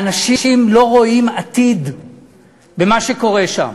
האנשים לא רואים עתיד במה שקורה שם.